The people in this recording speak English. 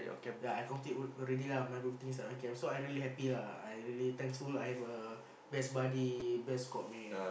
ya I count it already lah my things inside my camp so I really happy lah I really thankful I have a best buddy best squad mate